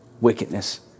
wickedness